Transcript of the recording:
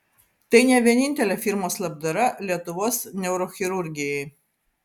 tai ne vienintelė firmos labdara lietuvos neurochirurgijai